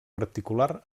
particular